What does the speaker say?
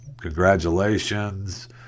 Congratulations